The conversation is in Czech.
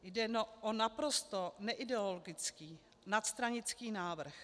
Jde o naprosto neideologický, nadstranický návrh.